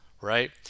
right